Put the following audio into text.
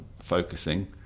focusing